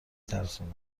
ترسونه